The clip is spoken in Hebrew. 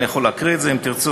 אני יכול להקריא את זה אם תרצו,